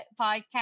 podcast